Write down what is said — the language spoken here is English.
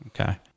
Okay